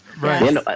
right